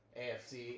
AFC